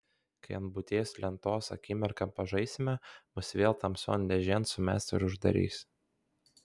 kai ant būties lentos akimirką pažaisime mus vėl tamsion dėžėn sumes ir uždarys